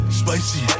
spicy